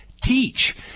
teach